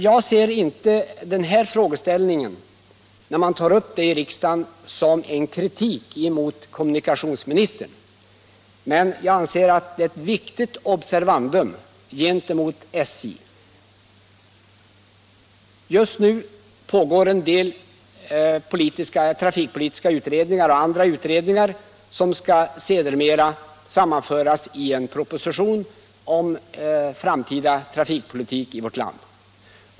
Jag ser inte den här frågeställningen, när man tar upp det i riksdagen, som en kritik mot kommunikationsministern, men jag anser att det är ett viktigt observandum gentemot SJ. Just nu pågår en del trafikpolitiska och andra utredningar som sedermera skall sammanföras i en proposition om den framtida trafikpolitiken i vårt land.